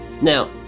Now